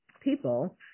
people